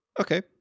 Okay